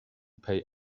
pay